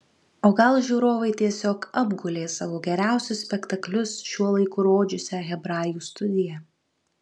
o gal žiūrovai tiesiog apgulė savo geriausius spektaklius šiuo laiku rodžiusią hebrajų studiją